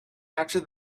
after